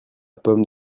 pomme